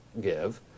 give